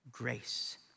Grace